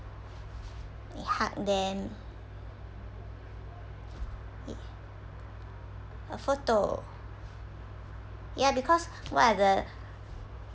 we hug them a photo ya because what are the